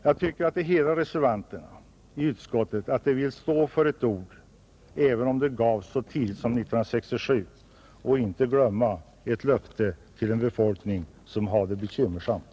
Jag tycker att det hedrar reservanterna i utskottet att de vill stå för ett ord, även om det gavs så tidigt som 1967, och inte glömmer ett löfte till en befolkning som har det bekymmersamt,